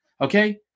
Okay